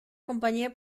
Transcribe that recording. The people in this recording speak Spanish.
compañía